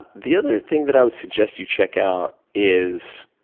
the other thing that i would suggest you check out is